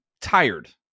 tired